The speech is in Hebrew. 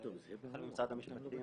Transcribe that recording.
החל ממשרד המשפטים,